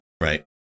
right